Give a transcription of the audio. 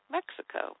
Mexico